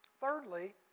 Thirdly